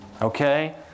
Okay